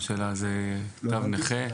תו נכה?